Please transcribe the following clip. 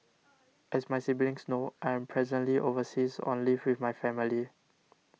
as my siblings know I am presently overseas on leave with my family